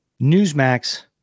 Newsmax